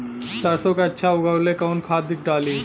सरसो के अच्छा उगावेला कवन खाद्य डाली?